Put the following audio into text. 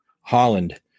Holland